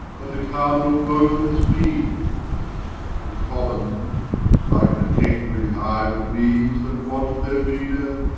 and the cardinall beaufords meanes the commons like an angry hiue of bees that want their leader,